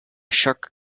shark